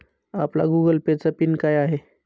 आपला Google Pay चा PIN काय आहे?